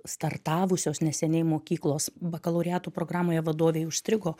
startavusios neseniai mokyklos bakalaureatų programoje vadovei užstrigo